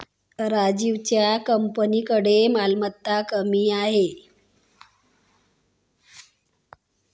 राजीवच्या कंपनीकडे मालमत्ता कमी आहे